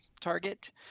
target